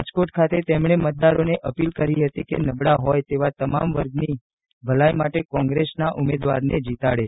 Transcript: રાજકોટ ખાતે તેમણે મતદારોને અપીલ કરી હતી કે નબળા હોય તેવા તમામ વર્ગની ભલાઇ માટે કોંગ્રેસના ઉમેદવારને જીતાડે